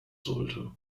sollte